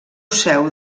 seu